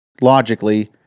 logically